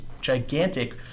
gigantic